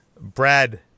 Brad